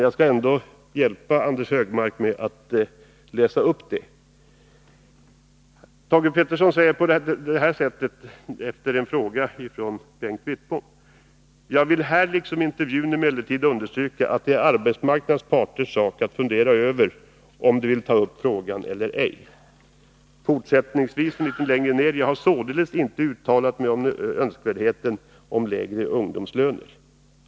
Jag skall ändå hjälpa Anders Högmark med att läsa upp det. Efter en fråga från Bengt Wittbom sade Thage Peterson: Jag vill här liksom i intervjun emellertid understryka att det är arbetsmarknadens parters sak att fundera över om de vill ta upp frågan eller ej. Litet senare sade han: Jag har således inte uttalat mig om önskvärdheten av lägre ungdomslöner.